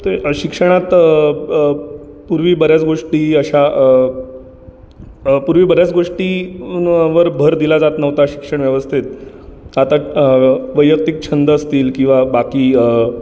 त शिक्षणात अ अ पूर्वी बऱ्याच गोष्टी अशा अ पूर्वी बऱ्याच गोष्टींवर भर दिला जात नव्हता शिक्षण व्यवस्थेत आता वैयक्तिक छंद असतील किंवा बाकी